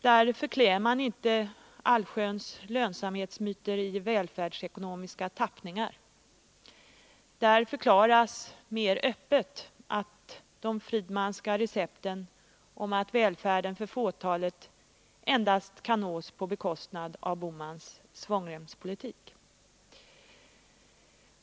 Där förklär man inte allsköns lönsamhetsmyter i välfärdsekonomiska tappningar. Där förklaras mer öppet att de Friedmanska recepten om välfärden för fåtalet endast kan nås på bekostnad av Bohmans svångremspolitik.